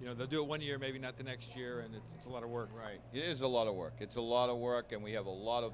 you know they do one year maybe not the next year and it's a lot of work right it is a lot of work it's a lot of work and we have a lot of